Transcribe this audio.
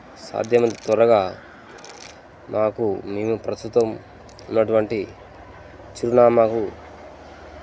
సాధ్యమైంత త్వరగా నాకు మేము ప్రస్తుతం ఉన్నటువంటి చిరునామాకు